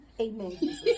Amen